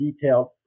detailed